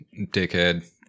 dickhead